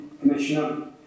Commissioner